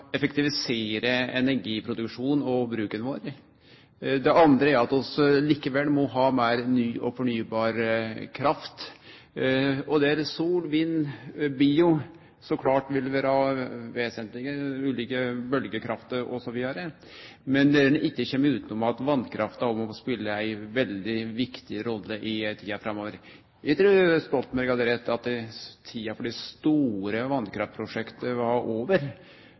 effektivisere energiproduksjonen og -bruken vår. Det andre er at vi likevel må ha meir ny og fornybar kraft, der sol, vind og bio sjølvsagt vil vere vesentleg, og bølgjekraft osv., men der ein ikkje kjem utanom at vasskrafta òg må spele ei veldig viktig rolle i tida framover. Eg trur Stoltenberg hadde rett i at tida for dei store vasskraftprosjekta var over.